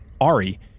Ari